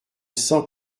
cent